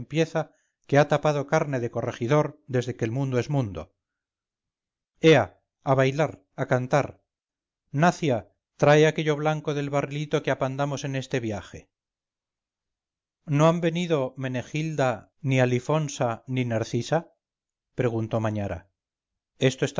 que ha tapado carne de corregidor desde que el mundo es mundo ea a bailar a cantar nacia trae aquello blanco del barrilito que apandamos en este viaje no han venido menegilda ni alifonsa ni narcisa preguntó mañara esto está